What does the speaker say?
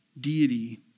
deity